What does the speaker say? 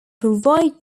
provide